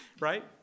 Right